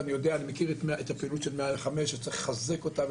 ואני מכיר את הפעילות של מעל חמש שצריך לחזק אותה,